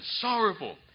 sorrowful